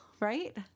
right